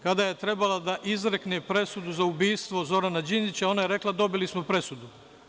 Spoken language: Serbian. Kada je trebala da izrekne presudu za ubistvo Zorana Đinđića, ona je rekla – dobili smo presudu.